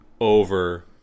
over